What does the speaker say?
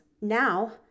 Now